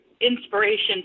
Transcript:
inspiration